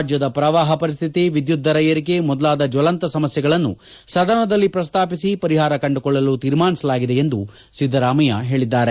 ರಾಜ್ಯದ ಪ್ರವಾಪ ಪರಿಸ್ವಿತಿ ವಿದ್ಯುತ್ ದರ ಏರಿಕೆ ಮೊದಲಾದ ಜ್ವಲಂತ ಸಮಸ್ಥೆಗಳನ್ನು ಸದನದಲ್ಲಿ ಪ್ರಸ್ತಾಪಿಸಿ ಪರಿಹಾರ ಕಂಡುಕೊಳ್ಳಲು ತೀರ್ಮಾನಿಸಲಾಗಿದೆ ಎಂದು ಸಿದ್ದರಾಮಯ್ಯ ಹೇಳಿದ್ದಾರೆ